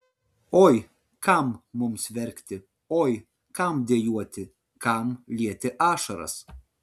oi kam mums verkti oi kam dejuoti kam lieti ašaras